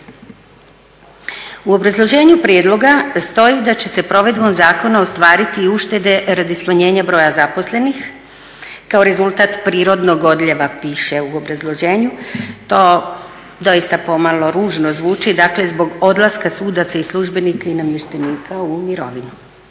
U obrazloženju prijedloga stoji da će se provedbom zakona ostvariti i uštede radi smanjenja broja zaposlenih kao rezultat prirodnog odljeva piše u obrazloženju. To doista pomalo ružno zvuči. Dakle, zbog odlaska sudaca i službenika i namještenika u mirovinu.